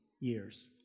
years